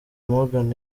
morgan